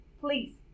please